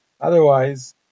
otherwise